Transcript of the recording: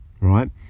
right